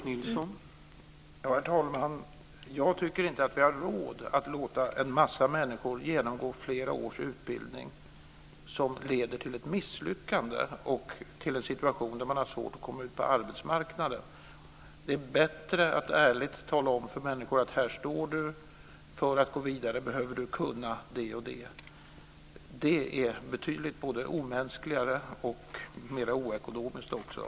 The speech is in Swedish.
Herr talman! Jag tycker inte att vi har råd att låta en massa människor genomgå flera års utbildning som leder till ett misslyckande och till en situation där man har svårt att komma ut på arbetsmarknaden. Det är både omänskligt och oekonomiskt. Det är bättre att ärligt tala om för människor var de står och vad de behöver kunna för att gå vidare.